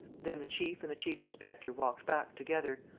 then the chief and the chief-inspector walked back together,